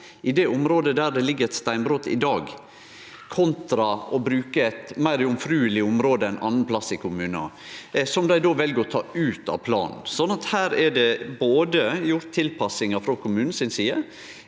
i det området der det ligg eit steinbrot i dag, kontra å bruke eit meir jomfrueleg område ein annan plass i kommunen, som dei då vel å ta ut av planen. Her er det både gjort tilpassingar frå kommunen si side,